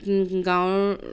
গাঁৱৰ